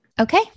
okay